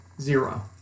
zero